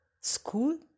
School